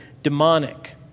demonic